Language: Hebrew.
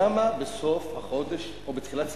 למה בסוף החודש, או בתחילת ספטמבר,